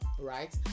right